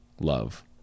love